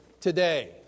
today